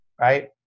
right